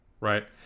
Right